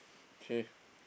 okay